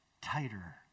tighter